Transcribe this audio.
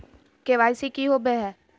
KYC की हॉबे हय?